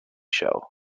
show